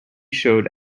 showed